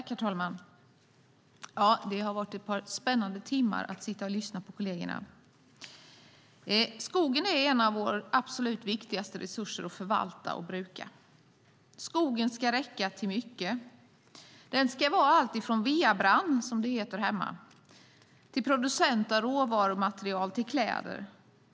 Herr talman! Det har varit ett par spännande timmar när jag har suttit och lyssnat på kollegerna. Skogen är en av våra absolut viktigaste resurser att förvalta och bruka. Skogen ska räcka till mycket. Den ska vara allt från "vea brann", som det heter hemma, till producent av råmaterial till kläder.